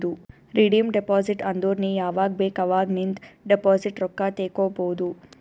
redeem deposit ಅಂದುರ್ ನೀ ಯಾವಾಗ್ ಬೇಕ್ ಅವಾಗ್ ನಿಂದ್ ಡೆಪೋಸಿಟ್ ರೊಕ್ಕಾ ತೇಕೊಬೋದು